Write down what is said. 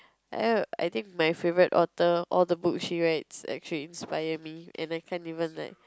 oh I think my favourite author all the books she write actually inspire me and I can't even like